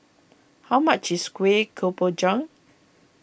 how much is Kuih Kemboja